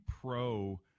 pro-